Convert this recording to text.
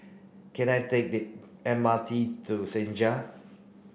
can I take the M R T to Senja